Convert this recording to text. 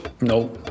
no